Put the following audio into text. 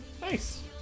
nice